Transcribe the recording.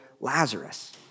Lazarus